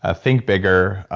ah think bigger.